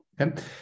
okay